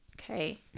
okay